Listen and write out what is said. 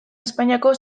espainiako